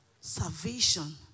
Salvation